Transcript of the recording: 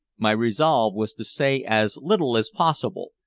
my resolve was to say as little as possible,